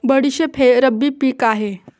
बडीशेप हे रब्बी पिक आहे